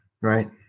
right